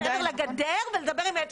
צריכה ללכת מעבר לגדר ולדבר עם הילד.